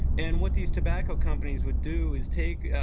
and what these tobacco companies would do is take,